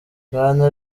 bwana